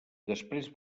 després